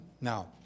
Now